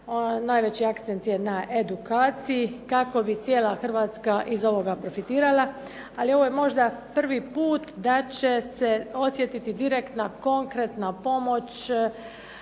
najveći akcent je na edukaciji kako bi cijela Hrvatska iz ovoga profitirala. Ali ovo je možda prvi puta da će se osjetiti direktna, konkretna pomoć